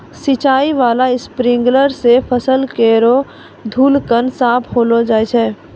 सिंचाई बाला स्प्रिंकलर सें फसल केरो धूलकण साफ करलो जाय छै